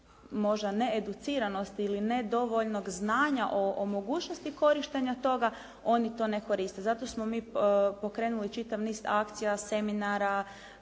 zbog needuciranosti ili nedovoljnog znanja o mogućnosti korištenja toga, oni to ne koriste. Zato smo mi pokrenuli čitav niz akcija, seminara